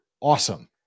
awesome